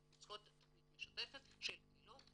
אנחנו צריכות תכנית משותפת של פעילות,